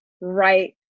right